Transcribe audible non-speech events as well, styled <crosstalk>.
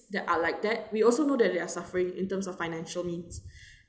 that are like that we also know that they are suffering in terms of financial means <breath>